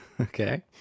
Okay